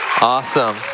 Awesome